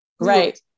right